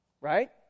right